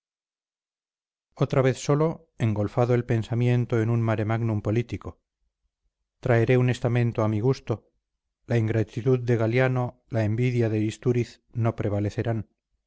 otra vez solo engolfado el pensamiento en el maremágnum político traeré un estamento a mi gusto la ingratitud de galiano la envidia de istúriz no prevalecerán